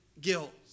guilt